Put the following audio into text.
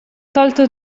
tolto